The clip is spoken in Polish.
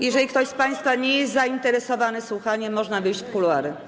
Jeżeli ktoś z państwa nie jest zainteresowany słuchaniem, można wyjść w kuluary.